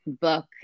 book